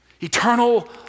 Eternal